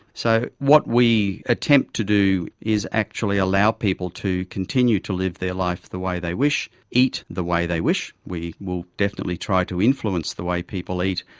so what we attempt to do is actually allow people to continue to live their life the way they wish, eat the way they wish. we will definitely try to influence the way people eat,